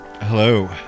Hello